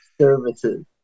Services